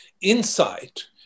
insight